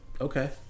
Okay